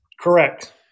Correct